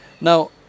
Now